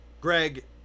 Greg